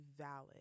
valid